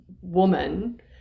woman